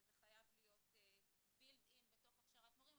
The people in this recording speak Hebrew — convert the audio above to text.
וזה חייב להיות בילד אין בתוך הכשרת מורים,